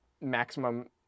maximum